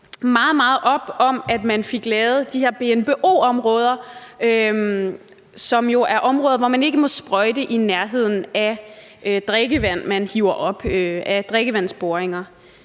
meget op om, at man fik lavet de her BNBO-områder, som er områder, hvor man ikke må sprøjte i nærheden af drikkevandsboringer.